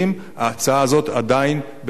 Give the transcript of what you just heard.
ההצעה הזאת עדיין בתוקף,